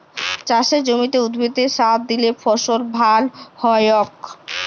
চাসের জমিতে উদ্ভিদে সার দিলে ফসল ভাল হ্য়য়ক